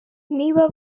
niba